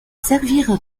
servir